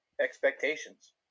expectations